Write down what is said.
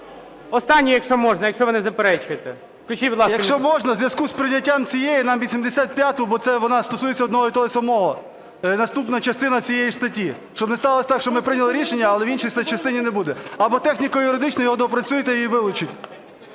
ласка, мікрофон. 14:51:54 КНЯЗЕВИЧ Р.П. Якщо можна, в зв'язку з прийняттям цієї нам 85-у, бо вона стосується одного і того самого, наступна частина цієї ж статті. Щоб не сталося так, що ми прийняли рішення, але в іншій частині не буде. Або техніко-юридично його доопрацюйте і вилучіть.